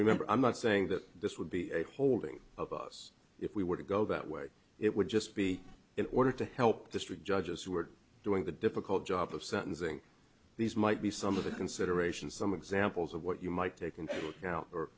remember i'm not saying that this would be a holding of us if we were to go that way it would just be in order to help district judges who are doing the difficult job of sentencing these might be some of the considerations some examples of what you might take into account